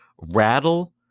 rattle